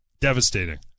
devastating